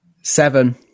Seven